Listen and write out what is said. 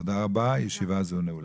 תודה רבה, הישיבה הזו נעולה.